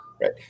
Right